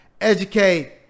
Educate